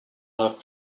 have